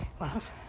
Love